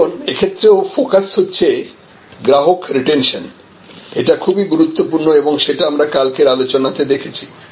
কারণ এক্ষেত্রেও ফোকাস হচ্ছে গ্রাহক রিটেনশন এটা খুবই গুরুত্বপূর্ণ এবং সেটা আমরা কালকের আলোচনাতে দেখেছি